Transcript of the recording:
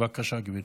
בבקשה, גברתי.